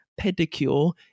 pedicure